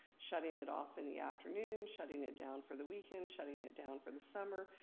shutting it off in the afternoon, shutting it down for the weekend, shutting it down for the summer.